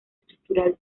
estructural